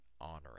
honoring